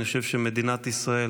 אני חושב שמדינת ישראל